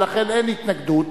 ולכן אין התנגדות.